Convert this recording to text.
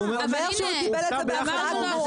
אומר לך שהוא קיבל את זה בהפתעה גמורה.